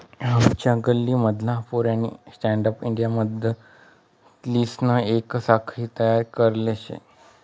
आमना गल्ली मधला पोऱ्यानी स्टँडअप इंडियानी मदतलीसन येक साखळी तयार करले शे